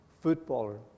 footballer